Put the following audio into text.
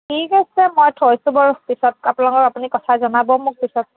ঠিক আছে মই থৈছোঁ বাৰু পিছত আপোনালোকৰ আপুনি কথা জনাব মোক পিছত